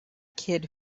kid